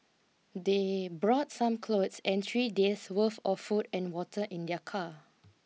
they brought some clothes and three days worth of food and water in their car